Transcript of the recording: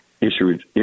issues